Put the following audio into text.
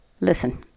Listen